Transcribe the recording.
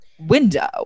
window